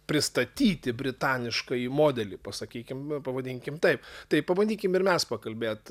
pristatyti britaniškąjį modelį pasakykim pavadinkim taip tai pabandykim ir mes pakalbėt